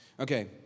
Okay